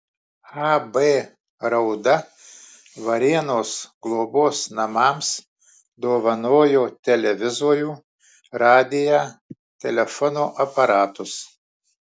ab rauda varėnos globos namams dovanojo televizorių radiją telefono aparatus